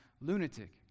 lunatic